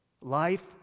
Life